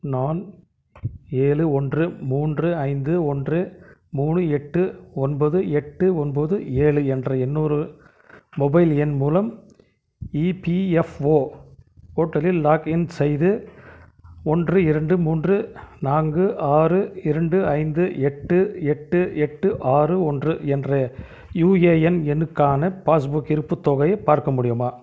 நான் ஏழு ஒன்று மூன்று ஐந்து ஒன்று மூணு எட்டு ஒன்பது எட்டு ஒன்பது ஏழு என்ற இன்னொரு மொபைல் எண் மூலம் இபிஎஃப்ஓ போர்ட்டலில் லாக்இன் செய்து ஒன்று இரண்டு மூன்று நான்கு ஆறு இரண்டு ஐந்து எட்டு எட்டு எட்டு ஆறு ஒன்று என்ற யுஏஎன் எண்ணுக்கான பாஸ்புக் இருப்புத் தொகையை பார்க்க முடியுமா